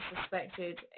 suspected